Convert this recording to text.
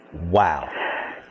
wow